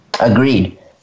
Agreed